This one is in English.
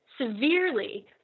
severely